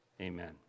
Amen